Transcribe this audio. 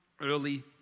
early